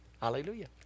Hallelujah